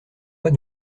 pas